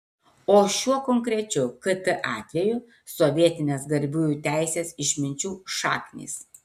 o šiuo konkrečiu kt atveju sovietinės garbiųjų teisės išminčių šaknys